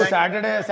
Saturday